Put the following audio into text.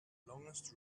longest